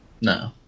No